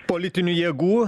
politinių jėgų